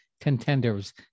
contenders